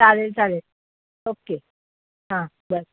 चालेल चालेल ओके हां बर